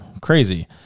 crazy